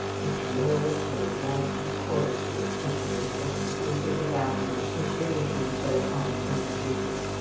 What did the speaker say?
mr. mill was wont to quote this incident as proof of the value which englishmen set upon plain speaking.